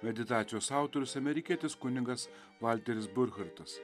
meditacijos autorius amerikietis kunigas valteris borchertas